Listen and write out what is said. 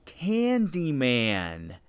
Candyman